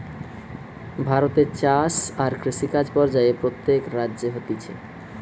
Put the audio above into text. ভারতে চাষ আর কৃষিকাজ পর্যায়ে প্রত্যেক রাজ্যে হতিছে